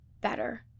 better